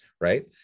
right